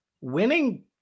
winning